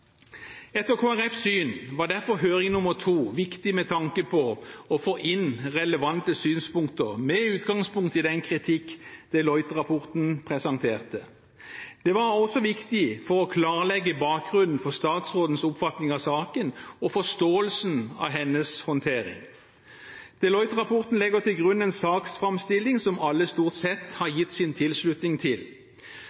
Etter Kristelig Folkepartis syn var derfor høring nummer to viktig med tanke på å få inn relevante synspunkter med utgangspunkt i den kritikk Deloitte-rapporten presenterte. Det var også viktig for å klarlegge bakgrunnen for statsrådens oppfatning av saken og forståelsen av hennes håndtering. Deloitte-rapporten legger til grunn en saksframstilling som alle stort sett har